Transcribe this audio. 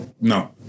no